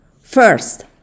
First